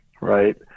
right